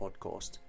podcast